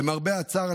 למרבה הצער,